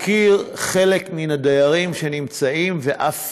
ומכיר חלק מהדיירים שנמצאים שם, ואף